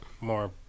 more